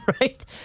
right